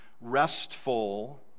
restful